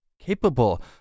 capable